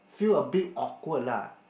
feel abit awkward lah